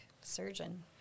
surgeon